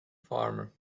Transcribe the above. farmer